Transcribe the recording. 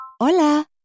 Hola